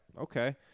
okay